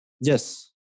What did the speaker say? yes